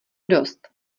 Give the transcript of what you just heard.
dost